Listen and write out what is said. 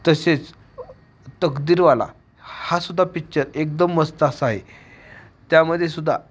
तसेच तकदीरवाला हा सुद्धा पिच्चर एकदम मस्त असा आहे त्यामध्ये सुद्धा